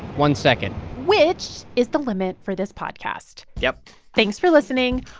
one second which is the limit for this podcast yep thanks for listening.